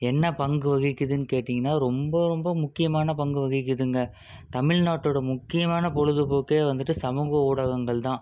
என்ன பங்கு வகிக்கிதுன்னு கேட்டிங்கன்னா ரொம்ப ரொம்ப முக்கியமான பங்கு வகிக்கிறதுங்க தமிழ்நாட்டோட முக்கியமான பொழுதுபோக்கே வந்துட்டு சமூக ஊடகங்கள்தான்